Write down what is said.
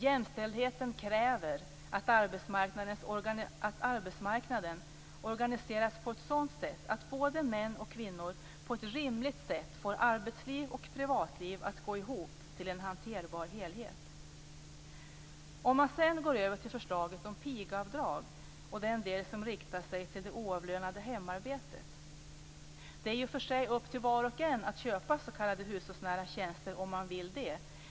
Jämställdheten kräver att arbetsmarknaden organiseras på ett sådant sätt att både män och kvinnor på ett rimligt sätt får arbetsliv och privatliv att gå ihop till en hanterbar helhet. Sedan vill jag gå över till förslaget om pigavdrag och den del som riktar sig till det oavlönade hemarbetet. Det är i och för sig upp till var och en att köpa s.k. hushållsnära tjänster om man vill det.